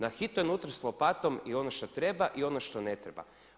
Nahito nutra s lopatom i ono što treba i ono što ne treba.